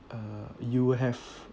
uh you have